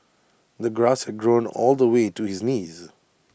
the grass had grown all the way to his knees